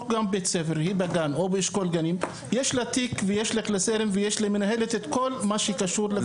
יש לו תיק ויש לו קלסר ויש לו את כל מה שקשור.